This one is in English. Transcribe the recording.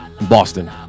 Boston